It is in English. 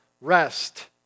rest